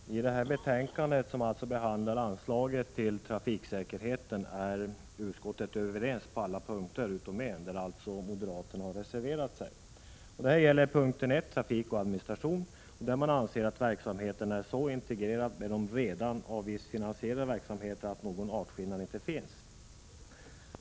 Herr talman! I detta betänkande, som alltså behandlar anslaget till trafiksäkerhet, är utskottet överens på alla punkter utom en, där moderaterna har reserverat sig. Det gäller punkt 1, Trafik och administration. Reservanterna anser att verksamheten är så integrerad med de redan avgiftsfinansierade verksamheterna att någon artskillnad inte finns.